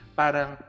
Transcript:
parang